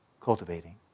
cultivating